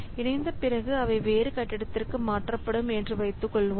இணைந்த பிறகு அவை வேறு கட்டிடத்திற்கு மாற்றப்படும் என்று வைத்துக்கொள்வோம்